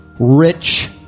rich